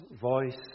voice